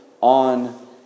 on